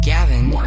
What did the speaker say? Gavin